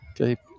Okay